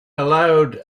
allowed